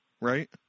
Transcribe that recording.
Right